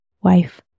wife